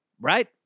right